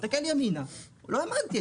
מסתכל ימינה, לא האמנתי.